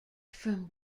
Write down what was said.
from